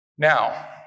Now